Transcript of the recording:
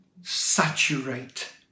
saturate